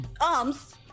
arms